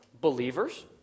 believers